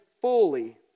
fully